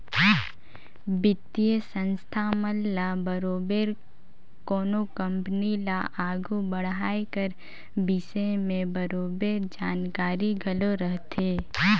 बित्तीय संस्था मन ल बरोबेर कोनो कंपनी ल आघु बढ़ाए कर बिसे में बरोबेर जानकारी घलो रहथे